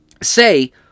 say